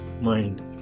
mind